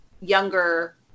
younger